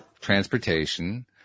transportation